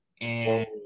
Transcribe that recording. and-